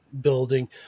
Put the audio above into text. building